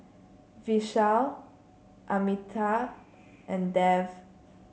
Vishal Amitabh and Dev